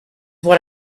what